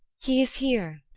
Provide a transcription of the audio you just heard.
he is here.